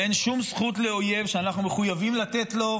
אין שום זכות לאויב שאנחנו מחויבים לתת לו.